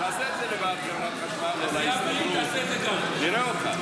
תעשה את זה בחברת חשמל ובהסתדרות, נראה אותך.